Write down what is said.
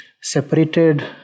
separated